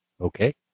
Okay